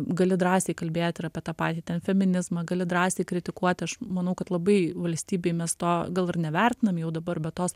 gali drąsiai kalbėti ir apie tą patį ten feminizmą gali drąsiai kritikuoti aš manau kad labai valstybėj mes to gal ir nevertinam jau dabar bet tos